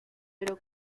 pero